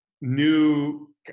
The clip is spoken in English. new